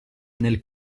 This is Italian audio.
nel